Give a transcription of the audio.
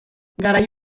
garai